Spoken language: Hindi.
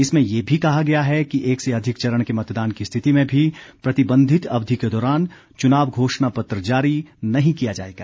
इसमें यह भी कहा गया है कि एक से अधिक चरण के मतदान की स्थिति में भी प्रतिबंधित अवधि के दौरान चुनाव घोषणा पत्र जारी नहीं किया जाएगा